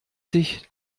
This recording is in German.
sich